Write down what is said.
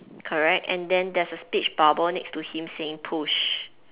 correct and then there's a speech bubble next to him saying push